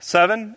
Seven